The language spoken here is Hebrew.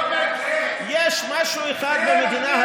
יש משהו אחד במדינה,